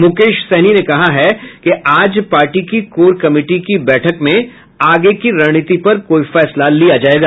मुकेश सहनी ने कहा है कि आज पार्टी की कोर कमिटी की बैठक में आगे की रणनीति पर कोई फैसला लिया जायेगा